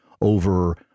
over